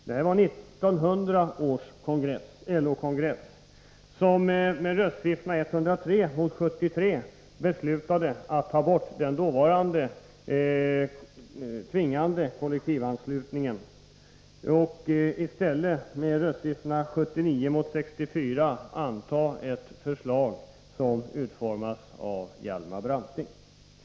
Det var 1900 års LO-kongress som med röstsiffrorna 103 mot 73 beslutade att ta bort den dåvarande tvingande kollektivanslutningen. I stället antog man med röstsiffrorna 79 mot 64 ett förslag som hade utformats av Hjalmar Branting och som gäller än i dag.